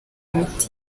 n’imiti